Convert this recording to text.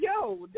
yo